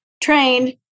trained